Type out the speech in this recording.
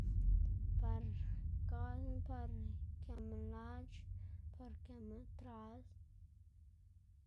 par gasma, par këma lac̲h̲, par këma trasd.